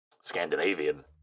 Scandinavian